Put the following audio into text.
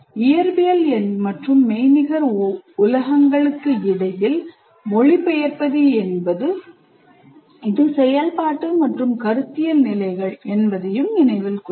இயற்பியல் மற்றும் கருத்துரு உலகங்களுக்கு இடையில் மொழிபெயர்ப்பது என்பது இது செயல்பாட்டு மற்றும் கருத்தியல் நிலைகள் என்பதை நினைவில் கொள்க